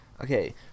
Okay